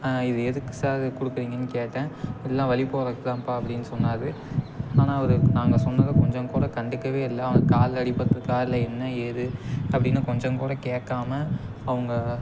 இது எதுக்கு சார் கொடுக்குறீங்கன்னு கேட்டேன் எல்லாம் வலி போகிறதுக்கு தான்ம்ப்பா அப்படினு சொன்னார் ஆனால் அவர் நாங்கள் சொன்னதை கொஞ்சம் கூட கண்டுக்கவே இல்லை அவனுக்கு காலில் அடிப்பட்டுருக்கா இல்லை என்ன ஏது அப்படினு கொஞ்சம் கூட கேக்காமல் அவங்க